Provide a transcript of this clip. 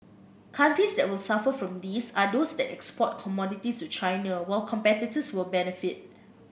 countries that will suffer from this are those that export commodities to China while competitors will benefit